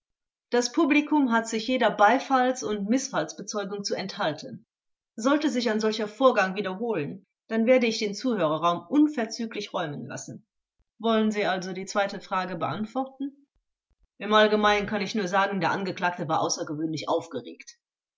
das publikum hat sich jeder beifalls und mißfallsbezeugung zu enthalten halten sollte sich ein solcher vorgang wiederholen dann werde ich den zuhörerraum unverzüglich räumen lassen zum zeugen gewendet wollen sie also die zweite frage beantworten zeuge im allgemeinen kann ich nur sagen der angeklagte war außergewöhnlich aufgeregt